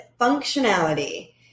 functionality